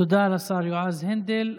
תודה לשר יועז הנדל.